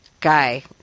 guy